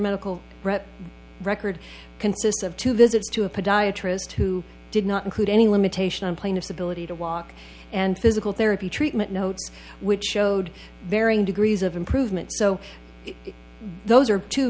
medical record consists of two visits to a podiatrist who did not include any limitation on plaintiff's ability to walk and physical therapy treatment notes which showed varying degrees of improvement so those are two